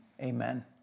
amen